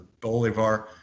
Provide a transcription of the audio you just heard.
Bolivar